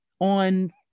on